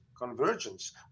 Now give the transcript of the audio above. convergence